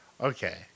Okay